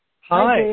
Hi